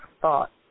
thought